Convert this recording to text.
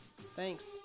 Thanks